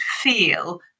feel